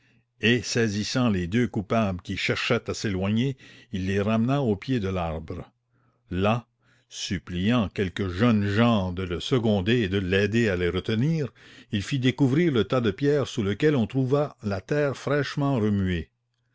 et saisissant les deux coupables qui cherchaient à s'éloigner il les ramena au pied de l'arbre là suppliant quelques jeunes gens de le seconder et de l'aider à les retenir il fit découvrir le tas de pierres sous lequel on trouva la terre fraîchement remuée